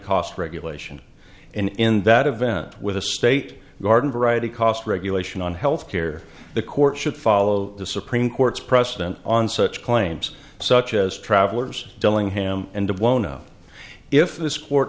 cost regulation and in that event with a state garden variety cost regulation on health care the court should follow the supreme court's precedent on such claims such as travelers dillingham and blown up if this court